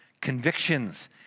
convictions